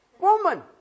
woman